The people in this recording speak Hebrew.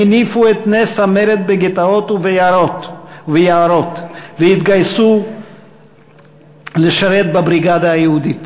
הם הניפו את נס המרד בגטאות וביערות והתגייסו לשרת בבריגדה היהודית.